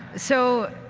so